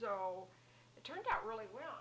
so it turned out really well